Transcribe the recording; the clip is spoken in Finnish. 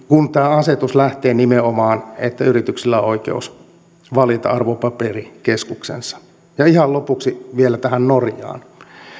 kun tämä asetus lähtee nimenomaan siitä että yrityksillä on oikeus valita arvopaperikeskuksensa ja ihan lopuksi vielä tähän norjaan